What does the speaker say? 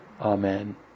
Amen